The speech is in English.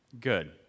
Good